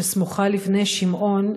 שסמוכה לבני-שמעון,